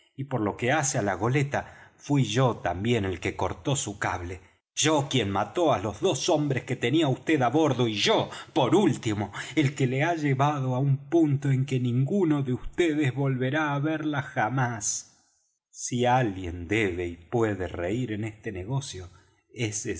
y por lo que hace á la goleta fuí yo también el que cortó su cable yo quien mató á los dos hombres que tenía vd á bordo y yo por último el que la he llevado á un punto en que ninguno de vds volverá á verla jamás si alguien debe y puede reir en este negocio ese